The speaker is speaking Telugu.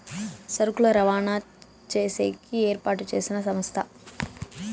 సరుకులు రవాణా చేసేకి ఏర్పాటు చేసిన సంస్థ